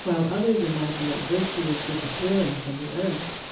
while others imagine that virtue is disappearing from the earth